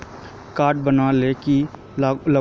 Card बना ले की लगाव?